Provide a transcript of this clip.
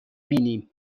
بینیم